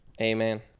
Amen